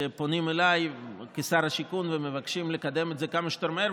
שפונים אליי כשר השיכון ומבקשים לקדם את זה כמה שיותר מהר,